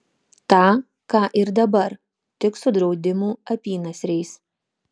tą ką ir dabar tik su draudimų apynasriais